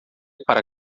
para